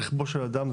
הוא רכבו של אדם,